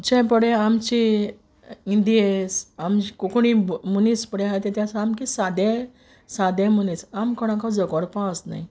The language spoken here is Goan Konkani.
जे पोळे आमची इंडिये आमचे कोंकणी मुनीस पोळे आहाय ते ते सामके सादे सादे मुनीस आमी कोणाको झोगोडपा ओसनाय